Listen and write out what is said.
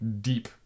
deep